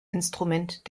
instrument